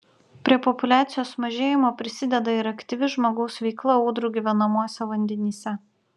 prie populiacijos mažėjimo prisideda ir aktyvi žmogaus veikla ūdrų gyvenamuose vandenyse